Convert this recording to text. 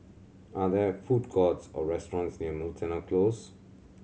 are there food courts or restaurants near Miltonia Close